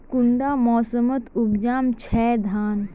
कुंडा मोसमोत उपजाम छै धान?